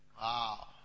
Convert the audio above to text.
Wow